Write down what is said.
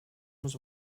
muss